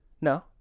No